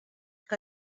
que